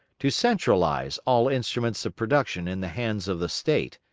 to centralise all instruments of production in the hands of the state,